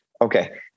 Okay